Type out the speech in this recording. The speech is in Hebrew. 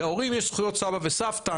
להורים יש זכויות סבא וסבתא,